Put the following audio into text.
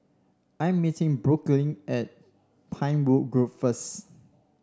I am meeting Brooklyn at Pinewood Grove first